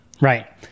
right